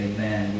Amen